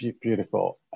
beautiful